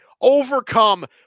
overcome